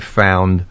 found